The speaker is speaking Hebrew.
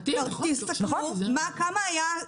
קחו ותשוו כמה היה.